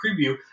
preview